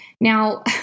Now